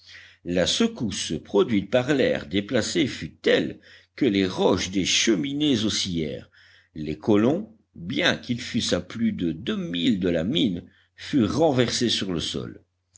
la secousse produite par l'air déplacé fut telle que les roches des cheminées oscillèrent les colons bien qu'ils fussent à plus de deux milles de la mine furent renversés sur le sol